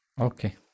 Okay